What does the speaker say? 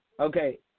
Okay